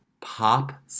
pop